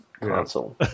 console